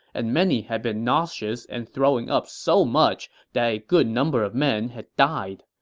and many had been nauseous and throwing up so much that a good number of men had died.